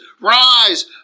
Rise